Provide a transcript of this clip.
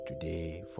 today